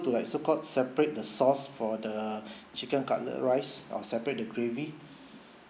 to like so called separate the sauce for the chicken cutlet rice or separate the gravy